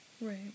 Right